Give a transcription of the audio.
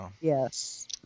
Yes